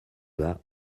bas